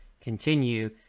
continue